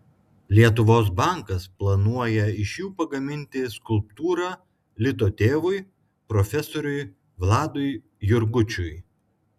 lietuvos bankas planuoja iš jų pagaminti skulptūrą lito tėvui profesoriui vladui jurgučiui